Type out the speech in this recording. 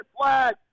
flag